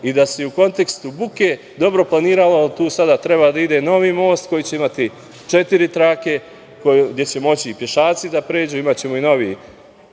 i da se i u kontekstu buke dobro planiralo, ali tu sada treba da ide novi most koji će imati četiri trake, gde će moći i pešaci da pređu, imaćemo novi